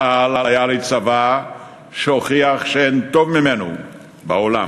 צה"ל היה לצבא שהוכיח שאין טוב ממנו בעולם.